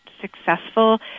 successful